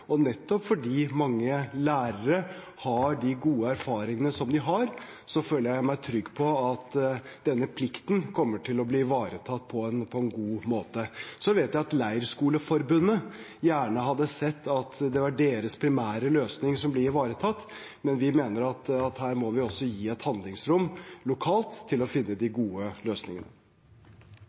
og nettopp fordi mange lærere har de gode erfaringene som de har, føler jeg meg trygg på at denne plikten kommer til å bli ivaretatt på en god måte. Så vet jeg at Leirskoleforeningen gjerne hadde sett at det var deres primære løsning som ble ivaretatt, men vi mener at her må vi også gi et handlingsrom lokalt til å finne de gode løsningene.